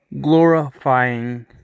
glorifying